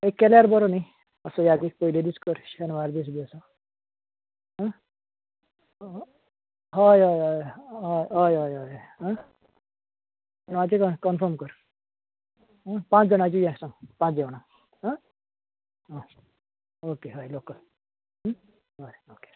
एक केल्यार बोरो न्ही आसो यादीक पयलो दीस कर शेनवार बी असो आं हय हय हय हय हय हय हय हां णव ते धा कन्फर्म कर हां पांच जाणांची यें आसा पांच जेवणां हां हां ओके हय कर हय हय